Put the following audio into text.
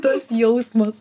tas jausmas